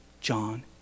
John